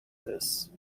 this